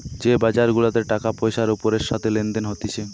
যে বাজার গুলাতে টাকা পয়সার ওপরের সাথে লেনদেন হতিছে